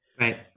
Right